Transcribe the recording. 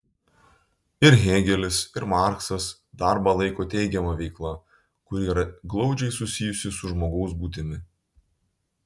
ir hėgelis ir marksas darbą laiko teigiama veikla kuri yra glaudžiai susijusi su žmogaus būtimi